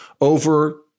over